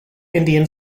indian